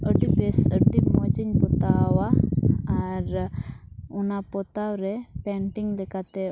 ᱟᱹᱰᱤ ᱵᱮᱥ ᱟᱹᱰᱤ ᱢᱚᱡᱽᱤᱧ ᱯᱚᱛᱟᱣᱟ ᱟᱨ ᱚᱱᱟ ᱯᱚᱛᱟᱣᱨᱮ ᱞᱮᱠᱟᱛᱮ